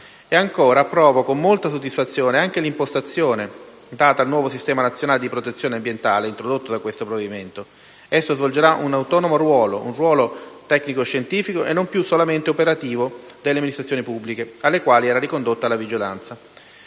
Paese. Approvo con molta soddisfazione anche l'impostazione data al nuovo Sistema nazionale di protezione ambientale introdotto da questo provvedimento: esso svolgerà un autonomo ruolo, un ruolo tecnico-scientifico e non più solamente operativo delle amministrazioni pubbliche, alle quali era ricondotta la vigilanza.